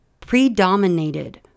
predominated